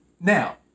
Now